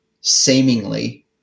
seemingly